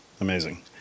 Amazing